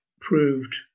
proved